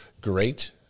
great